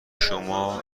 شما